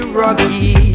rocky